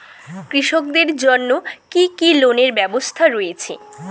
কৃষকদের জন্য কি কি লোনের ব্যবস্থা রয়েছে?